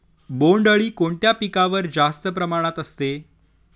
बोंडअळी कोणत्या पिकावर जास्त प्रमाणात असते?